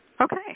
Okay